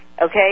Okay